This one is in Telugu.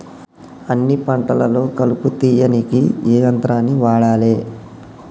అన్ని పంటలలో కలుపు తీయనీకి ఏ యంత్రాన్ని వాడాలే?